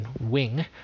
Wing